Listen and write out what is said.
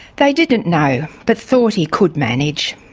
they didn't know but thought he could manage.